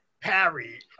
parry